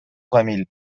камил